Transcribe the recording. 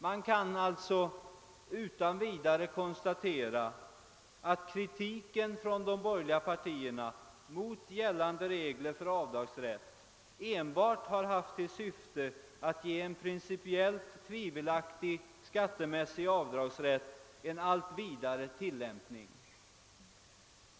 Vi kan alltså utan vidare konstatera att kritiken från de borgerliga partierna mot gällande regler för avdragsrätt enbart haft till syfte att ge en principiellt tvivelaktig skattemässig avdragsrätt en allt vidare till lämpning.